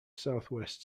southwest